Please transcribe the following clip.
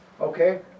Okay